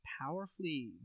powerfully